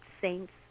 saints